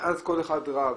שאז כל אחד רב,